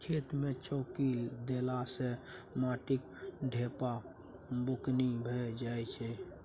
खेत मे चौकी देला सँ माटिक ढेपा बुकनी भए जाइ छै